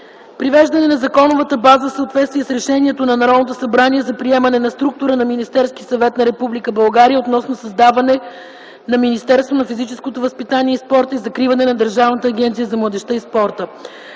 Привеждане на законовата база в съответствие с решението на Народното събрание за приемане на структура на Министерския съвет на Република България относно създаване на Министерство на физическото възпитание и спорта и закриване на Държавната агенция за младежта и спорта.